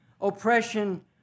oppression